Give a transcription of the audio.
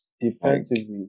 Defensively